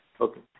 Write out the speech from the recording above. Okay